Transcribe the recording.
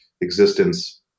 existence